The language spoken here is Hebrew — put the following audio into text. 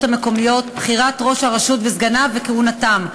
המקומיות (בחירת ראש הרשות וסגניו וכהונתם)